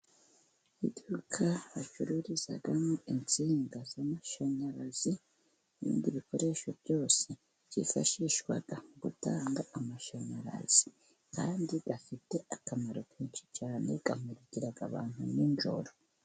Iduka bacururizamo insinga z'amashanyarazi, n'ibindi bikoresho byose byifashishwa mu gutanga amashanyarazi, kandi bifite akamaro kenshi cyane, kamurikira abantu nijoro.